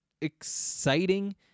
exciting